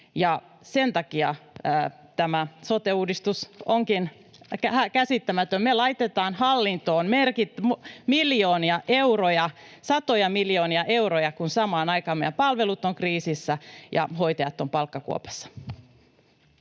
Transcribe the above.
Sen takia tämä sote-uudistus onkin käsittämätön: me laitetaan hallintoon miljoonia euroja, satoja miljoonia euroja, kun samaan aikaan meidän palvelut ovat kriisissä ja hoitajat ovat palkkakuopassa.